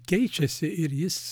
keičiasi ir jis